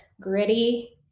gritty